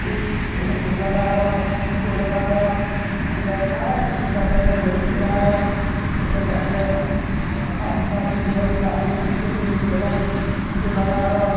फुल थुगेँ फुल लगाएर टिको लगाएर हामीलाई नाना किसिमका व्यञ्जनहरू खुवाएर यसरी हामीलाई आ आशीर्वाद दिन्छन् र हामी पनि चेलीबेटीहरूलाई टिको लगाएर